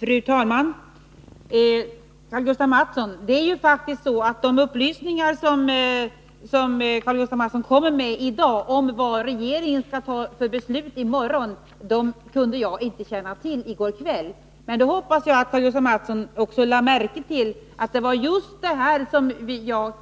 Fru talman! De upplysningar som Karl-Gustaf Mathsson i dag kommer med om vad regeringen skall fatta för beslut i morgon kunde inte jag känna till i går kväll. Jag hoppas att Karl-Gustaf Mathsson lade märke till att det som jag